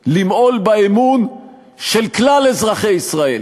למעול באמון של כלל אזרחי ישראל,